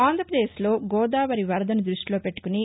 ఆంధ్రప్రదేశ్లో గోదావరి వరదను దృష్ణిలో పెట్టుకుని